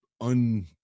un